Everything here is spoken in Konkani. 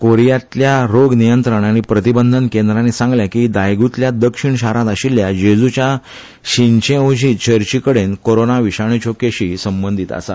कोरीयेतल्या रोग नियंत्रण आनी प्रतिबंधन केंद्रानी सांगले की दायगुतल्या दक्षिण शारांत आशिल्ल्या जेजूच्या शिंचेओंजी चर्चीकडे कोरोना विशाणूच्यो केशी संबंधित आसा